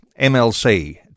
MLC